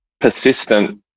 persistent